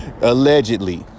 Allegedly